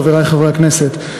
חברי חברי הכנסת,